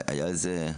בהחלט.